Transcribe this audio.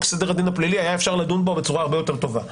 סדר הדין הפלילי היה אפשר לדון בו בצורה הרבה יותר טובה.